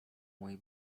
mój